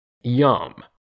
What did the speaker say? Yum